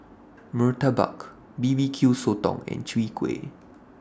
Murtabak B B Q Sotong and Chwee Kueh